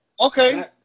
Okay